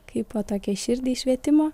kaip po tokią širdį švietimo